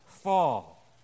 fall